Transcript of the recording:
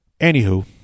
Anywho